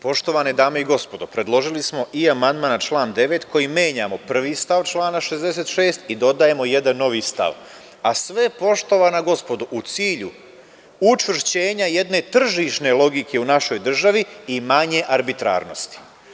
Poštovane dame i gospodo predložili smo i amandman na član 9. kojim menjamo prvi stav člana 66. i dodajemo jedan novi stav, a sve, poštovana gospodo, u cilju učvršćenja jedne tržišne logike u našoj državi i manje arbitrarnosti.